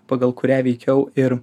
pagal kurią veikiau ir